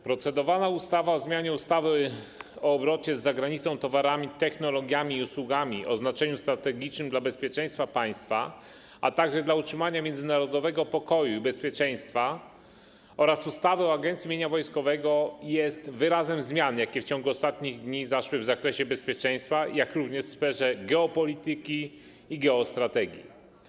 Procedowana ustawa o zmianie ustawy o obrocie z zagranicą towarami, technologiami i usługami o znaczeniu strategicznym dla bezpieczeństwa państwa, a także dla utrzymania międzynarodowego pokoju i bezpieczeństwa oraz ustawy o Agencji Mienia Wojskowego jest wyrazem zmian, jakie w ciągu ostatnich dni zaszły w zakresie bezpieczeństwa, jak również w sferze geopolityki i geostrategii.